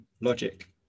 logic